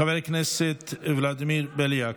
חבר הכנסת ולדימיר בליאק,